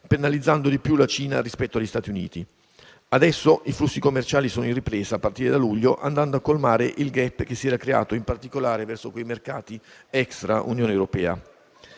penalizzando di più la Cina rispetto agli Stati Uniti. Adesso i flussi commerciali sono in ripresa, a partire da luglio, andando a colmare il *gap* che si era creato in particolare verso i mercati extra Unione europea.